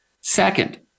Second